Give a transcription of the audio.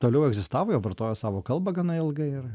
toliau egzistavo jie vartojo savo kalbą gana ilgai ir